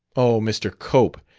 oh, mr. cope,